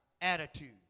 attitude